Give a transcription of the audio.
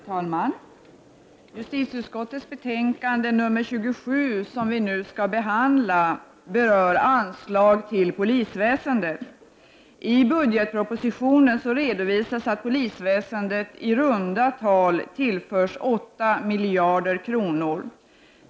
Herr talman! Justitieutskottets betänkande nr 27, som vi nu skall behandla, berör anslag till polisväsendet. I budgetpropositionen föreslås att polisväsendet tillförs i runda tal 8 miljarder kronor.